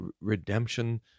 redemption